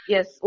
Yes